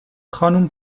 خانم